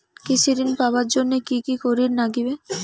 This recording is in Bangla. কৃষি ঋণ পাবার জন্যে কি কি করির নাগিবে?